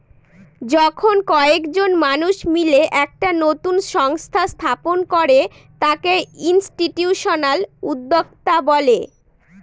যখন কয়েকজন মানুষ মিলে একটা নতুন সংস্থা স্থাপন করে তাকে ইনস্টিটিউশনাল উদ্যোক্তা বলে